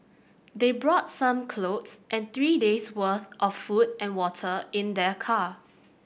they brought some clothes and three days' worth of food and water in their car